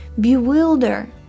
bewilder